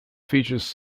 features